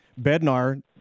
Bednar